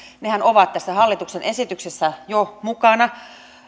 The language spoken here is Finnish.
nehän ovat tässä hallituksen esityksessä jo mukana